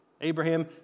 Abraham